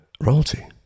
royalty